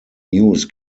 news